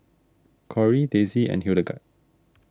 Kory Daisy and Hildegarde